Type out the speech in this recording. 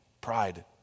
Pride